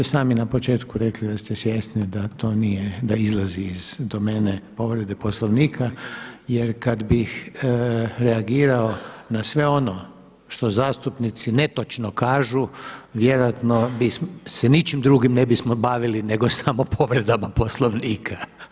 Vi ste sami na početku da ste svjesni da to nije da izlazi iz domene povrede Poslovnika jer kada bih reagirao na sve ono što zastupnici netočno kažu, vjerojatno se ničim drugim ne bismo bavili nego samo povredama Poslovnika.